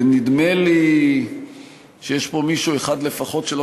ונדמה לי שיש פה מישהו אחד לפחות שלא